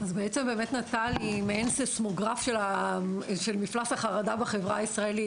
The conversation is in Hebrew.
אז בעצם באמת נט"ל היא באמת סייסמוגרף של מפלס החרדה בחברה הישראלית,